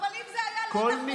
אבל אם זה היה לא נכון, אז מה?